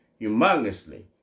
humongously